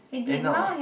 eh no